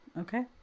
okay